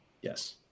Yes